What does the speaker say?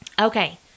Okay